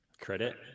Credit